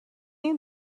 این